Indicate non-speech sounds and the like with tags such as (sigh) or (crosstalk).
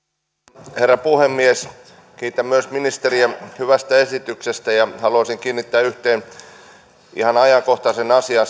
arvoisa herra puhemies kiitän myös ministeriä hyvästä esityksestä ja haluaisin kiinnittää huomiota yhteen ihan ajankohtaiseen asiaan (unintelligible)